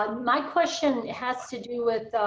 ah my question has to do with,